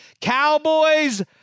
Cowboys